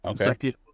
okay